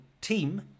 team